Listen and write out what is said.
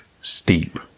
Steep